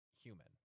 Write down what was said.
human